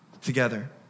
together